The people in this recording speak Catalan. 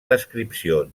descripció